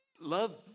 love